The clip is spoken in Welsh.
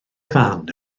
fan